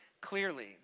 clearly